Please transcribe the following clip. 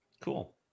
cool